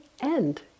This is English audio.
end